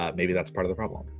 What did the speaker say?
ah maybe that's part of the problem.